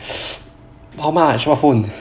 how much what phone